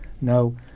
no